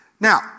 Now